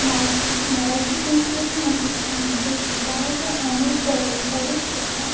माझ्या मराठी संस्कृतीमध्येच म्हणजेच विवाहाच्या अनेक पारंपरिक प्रथा